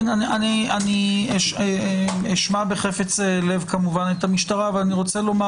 אני כמובן אשמע בחפץ לב את המשטרה אבל אני רוצה לומר